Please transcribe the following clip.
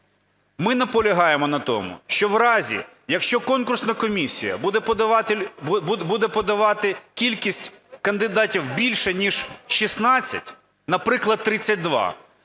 Ми наполягаємо на тому, що в разі, якщо конкурсна комісія буде подавати кількість кандидатів більше ніж 16, наприклад, 32,